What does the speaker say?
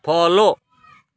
follow